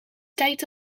tijd